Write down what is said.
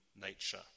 nature